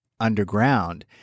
underground